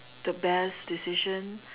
the best decision